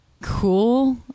cool